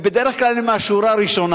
והם בדרך כלל מהשורה הראשונה.